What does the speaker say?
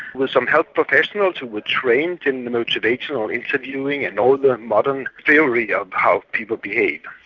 with some health professionals who were trained in motivational interviewing and all the modern theory of how people behave.